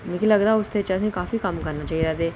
मिगी लगदा उसदै च असें गी काफी कम्म करना लोड़दा